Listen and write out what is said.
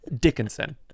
Dickinson